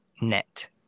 net